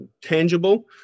tangible